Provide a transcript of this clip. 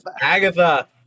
Agatha